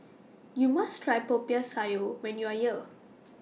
YOU must Try Popiah Sayur when YOU Are here